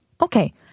Okay